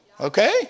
Okay